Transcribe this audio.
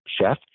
chef